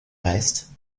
reste